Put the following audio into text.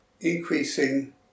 increasing